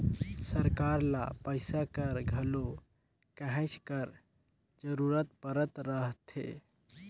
सरकार ल पइसा कर घलो कहेच कर जरूरत परत रहथे